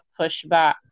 pushback